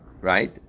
right